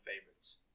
favorites